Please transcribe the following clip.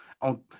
on